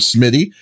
Smitty